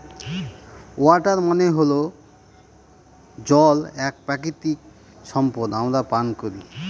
water মানে জল এক প্রাকৃতিক সম্পদ আমরা পান করি